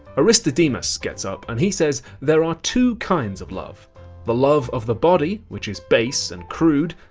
aristodemus gets up and he says there are two kinds of love the love of the body, which is base and crude,